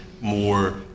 more